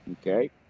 Okay